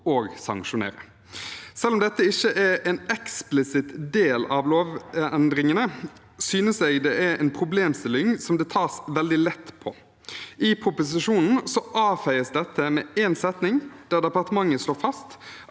og sanksjonere. Selv om dette ikke er en eksplisitt del av lovendringene, synes jeg det er en problemstilling som det tas veldig lett på. I proposisjonen avfeies dette med én setning, der departementet slår fast